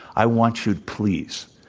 i want you, please,